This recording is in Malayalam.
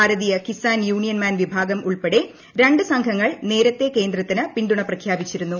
ഭാരതീയ കിസാൻ യൂണിയൻ മാൻ വിഭാഗം ഉൾപ്പെടെ രണ്ട് സംഘങ്ങൾ നേരത്തെ കേന്ദ്രത്തിന് പിന്തുണ പ്രഖ്യാപിച്ചിരുന്നു